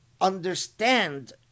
understand